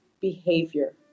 behavior